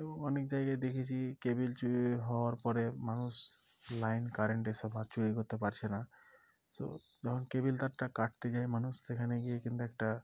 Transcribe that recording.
এবং অনেক জায়গায় দেখেছি কেবল চুরি হওয়ার পরে মানুষ লাইন কারেন্ট এসব আর চুরি করতে পারছে না সো যখন কেবল তারটা কাটতে যায় মানুষ সেখানে গিয়ে কিন্তু একটা